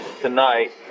tonight